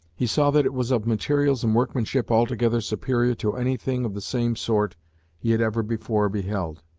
he saw that it was of materials and workmanship altogether superior to anything of the same sort he had ever before beheld.